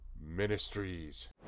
Ministries